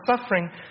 suffering